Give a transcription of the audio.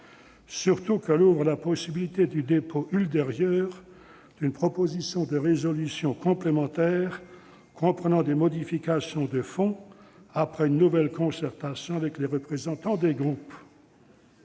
D'autant qu'elle ouvre la possibilité du dépôt ultérieur d'une proposition de résolution complémentaire comprenant des modifications de fond, après une nouvelle concertation avec les représentants des groupes.